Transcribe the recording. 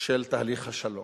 של תהליך השלום.